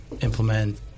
implement